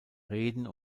reden